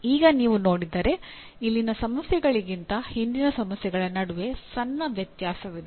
ಈಗ ನೀವು ನೋಡಿದರೆ ಇಲ್ಲಿನ ಸಮಸ್ಯೆಗಳಿಗಿಂತ ಹಿಂದಿನ ಸಮಸ್ಯೆಗಳ ನಡುವೆ ಸಣ್ಣ ವ್ಯತ್ಯಾಸವಿದೆ